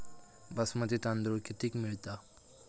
बासमती तांदूळ कितीक मिळता?